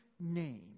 name